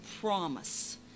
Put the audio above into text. promise